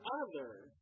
others